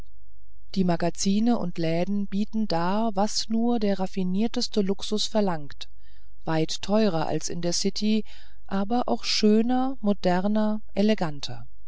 die magazine und läden bieten dar was nur der raffinierteste luxus verlangt weit teurer als in der city aber auch schöner moderner eleganter